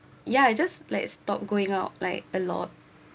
ya it just like stopped going out like a lot